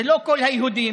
זה לא כל היהודים,